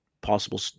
possible